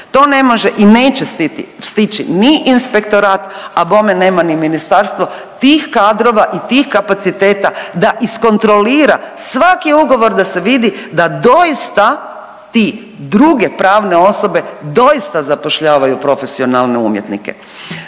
to ne može i neće stići ni Inspektorat, a bome nema ni Ministarstvo tih kadrova i tih kapaciteta da iskontrolira svaki ugovor da se vidi da doista ti druge pravne osobe, doista zapošljavaju profesionalne umjetnike.